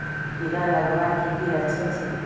कीड़ा लगवार की की लक्षण छे?